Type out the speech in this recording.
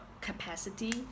capacity